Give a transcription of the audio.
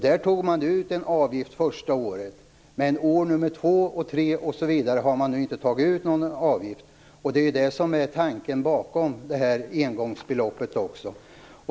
Där tog man ut en avgift första året, men år två, tre osv. har man inte tagit ut någon avgift, och det är också det som är tanken bakom detta engångsbelopp.